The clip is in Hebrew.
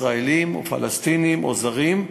ישראלים או פלסטינים או זרים,